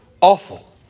awful